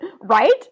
Right